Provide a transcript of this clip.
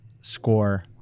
score